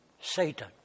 Satan